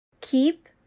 Keep